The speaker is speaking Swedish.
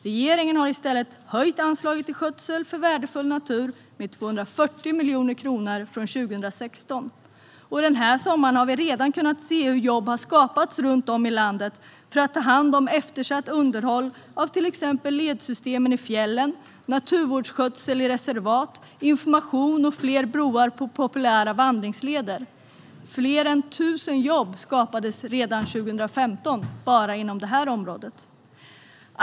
Regeringen har i stället höjt anslaget till skötsel av värdefull natur med 240 miljoner kronor från 2016. Den här sommaren har vi redan kunnat se hur jobb skapats runt om i landet för att ta hand om till exempel eftersatt underhåll av ledsystemen i fjällen, naturvårdsskötsel i reservat, information och fler broar på populära vandringsleder. Fler än 1 000 jobb skapades redan 2015 bara inom det här området.